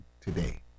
today